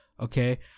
okay